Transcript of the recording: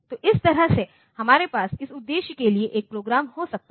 तो इस तरह से हमारे पास इस उद्देश्य के लिए एक प्रोग्राम हो सकता है